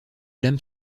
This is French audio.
lames